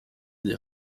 des